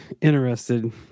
interested